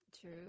True